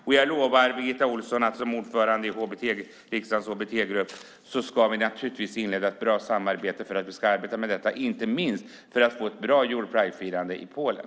Som ordförande i riksdagens hbt-grupp lovar jag Birgitta Ohlsson att vi naturligtvis ska inleda ett bra samarbete om dessa frågor, inte minst för att få ett bra Europridefirande i Polen.